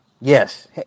Yes